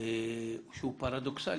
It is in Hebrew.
שהוא פרדוכסלי.